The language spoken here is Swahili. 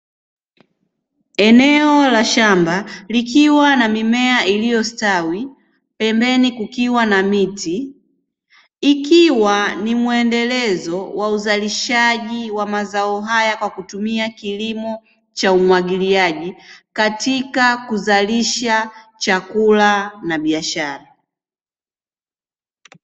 Eneo la shamba likiwa na mimea iliyostawi, pembeni kukiwa na miti. Ikiwa ni mwendelezo wa uzalishaji wa mazao hayo kwa kutumia kilimo cha umwagiliaji, katika kuzalisha chakula na biashara.